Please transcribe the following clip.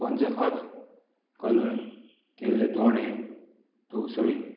पंचखाज घालून केल्ले दोणे तवसळी